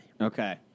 Okay